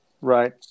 Right